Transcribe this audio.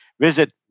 Visit